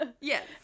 Yes